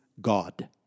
God